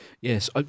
yes